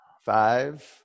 Five